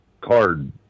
card